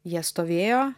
jie stovėjo